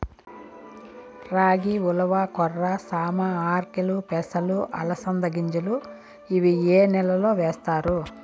రాగి, ఉలవ, కొర్ర, సామ, ఆర్కెలు, పెసలు, అలసంద గింజలు ఇవి ఏ నెలలో వేస్తారు?